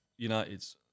Uniteds